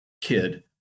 kid